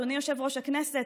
אדוני יושב-ראש הכנסת,